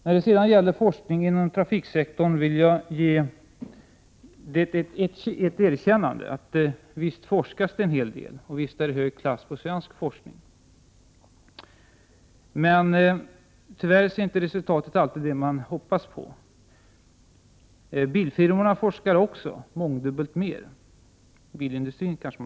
När det gäller forskningen inom trafiksektorn vill jag ge ett erkännande. Visst forskas det en hel del, och visst är det hög klass på svensk forskning. Men tyvärr blir inte resultatet alltid det som man hoppats på. Bilindustrin forskar också och det mångdubbelt mer.